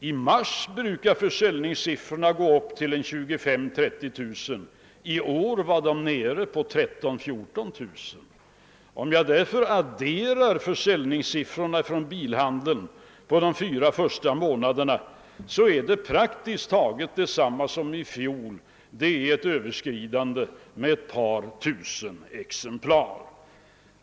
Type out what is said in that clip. I mars brukar försäljningssiffrorna uppgå till 25 000—30 000 bilar, i år var de nere i 13 000—14 000 exemplar. Om man adderar försäljningssiffrorna för bilhandeln under de fyra första månaderna av året, blir resultatet ungefär detsamma som i fjol. Försäljningen har i år stigit med bara ett par tusen exemplar.